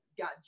got